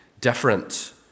different